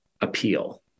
appeal